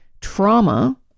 trauma